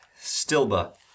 Stilba